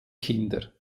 kinder